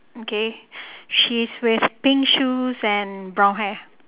okay she's with pink shoes and brown hair